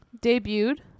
debuted